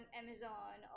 amazon